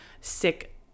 sick